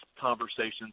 conversations